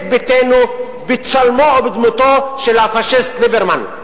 ביתנו בצלמו ובדמותו של הפאשיסט ליברמן.